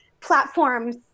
platforms